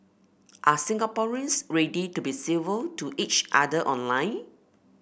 are Singaporeans ready to be civil to each other online